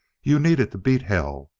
you need it to beat hell!